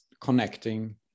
connecting